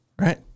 right